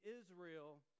Israel